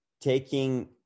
taking